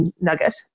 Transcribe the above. nugget